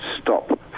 stop